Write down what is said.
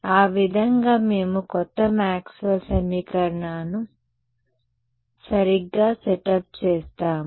ఆ విధంగా మేము కొత్త మాక్స్వెల్ సమీకరణాన్ని సరిగ్గా సెటప్ చేస్తాము